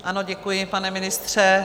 Ano, děkuji, pane ministře.